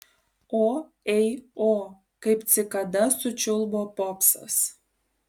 o ei o kaip cikada sučiulbo popsas